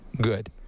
good